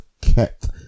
kept